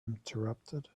interrupted